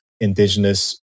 indigenous